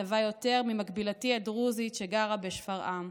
שווה יותר ממקבילתי הדרוזית שגרה בשפרעם.